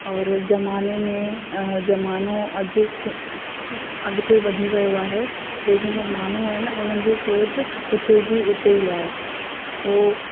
और ज़माने में ज़मानो अॼु की की अॻिते वधी वियो आहे लेकिन जो ज़मानो आहे न उन्हनि जी सोच उते जी उते ई आहे हो हो